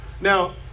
Now